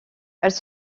elles